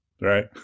right